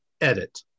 Edit